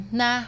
na